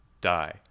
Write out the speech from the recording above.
die